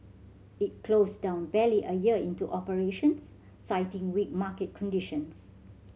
it closed down barely a year into operations citing weak market conditions